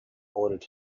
ordered